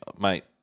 mate